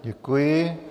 Děkuji.